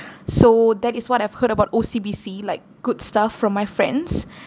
so that is what I've heard about O_C_B_C like good stuff from my friends